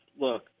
Look